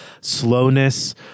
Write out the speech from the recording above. slowness